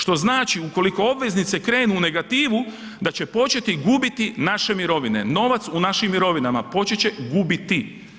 Što znači ukoliko obveznice krenu u negativu da će početi gubiti naše mirovine, novac u našim mirovinama, početi će gubiti.